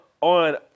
on